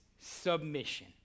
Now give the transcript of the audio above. submission